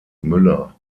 müller